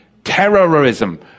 Terrorism